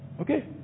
Okay